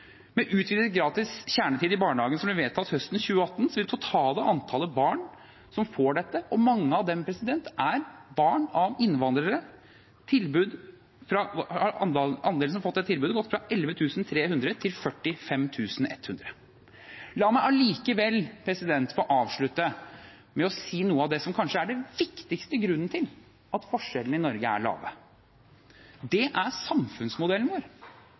Med utvidet gratis kjernetid i barnehagen, som ble vedtatt høsten 2018, vil den totale andelen barn som får dette tilbudet – og mange av dem er barn av innvandrere – ha gått fra 11 300 til 45 100. La meg allikevel få avslutte med å nevne noe av det som kanskje er den viktigste grunnen til at forskjellene i Norge er små. Det er samfunnsmodellen vår.